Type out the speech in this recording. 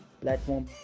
platform